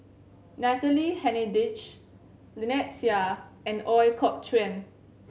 Natalie Hennedige Lynnette Seah and Ooi Kok Chuen